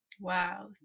wow